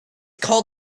called